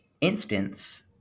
instance